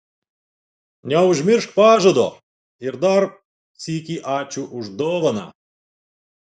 neužmiršk pažado ir dar sykį ačiū už dovaną